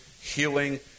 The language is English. healing